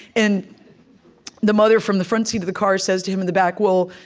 and the mother from the front seat of the car says to him in the back, well,